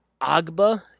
Agba